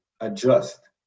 adjust